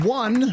one